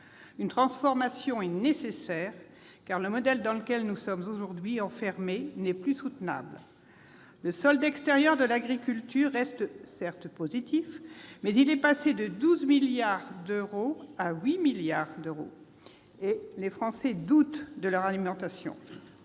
Une transformation est nécessaire, car le modèle dans lequel nous sommes aujourd'hui enfermés n'est plus soutenable : le solde extérieur de l'agriculture reste certes positif, mais il est passé de 12 milliards d'euros à 8 milliards d'euros, et les Français doutent de leur alimentation.